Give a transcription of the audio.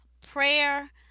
Prayer